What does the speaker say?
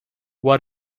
what